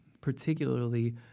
particularly